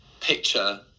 picture